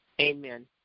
Amen